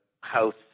House